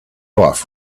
off